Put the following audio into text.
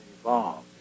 evolved